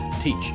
teach